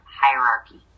hierarchy